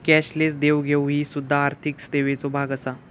cashless देवघेव ही सुध्दा आर्थिक सेवेचो भाग आसा